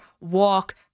walk